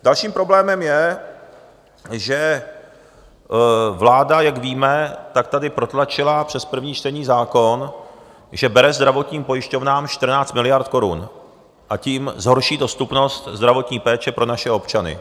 Dalším problémem je, že vláda, jak víme, tady protlačila přes první čtení zákon, že bere zdravotním pojišťovnám 14 miliard korun, a tím zhorší dostupnost zdravotní péče pro naše občany.